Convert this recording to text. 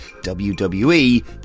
WWE